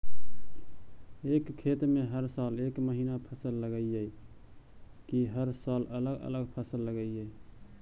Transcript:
एक खेत में हर साल एक महिना फसल लगगियै कि हर साल अलग अलग फसल लगियै?